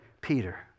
Peter